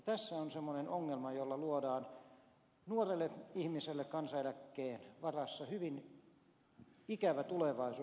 tässä on semmoinen ongelma jolla luodaan nuorelle ihmiselle kansaneläkkeen varassa hyvin ikävä tulevaisuus